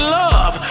love